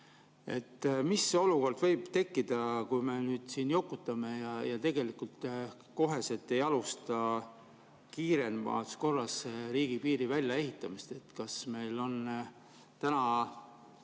Mis olukord võib tekkida, kui me nüüd siin jokutame ja tegelikult kohe ei alusta kiiremas korras riigipiiri väljaehitamist? Kas meil on täna